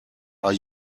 are